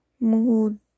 mood